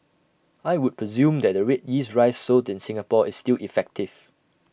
I would presume that the Red Yeast Rice sold in Singapore is still effective